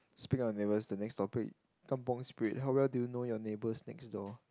speak up your neighbours the next topic kampung spirit how well do you know your neighbours next door